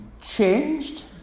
changed